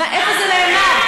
איפה זה נאמר?